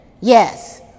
yes